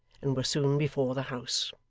and were soon before the house.